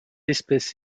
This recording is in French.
espèce